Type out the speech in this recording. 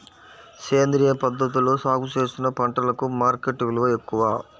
సేంద్రియ పద్ధతిలో సాగు చేసిన పంటలకు మార్కెట్ విలువ ఎక్కువ